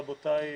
רבותיי,